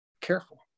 careful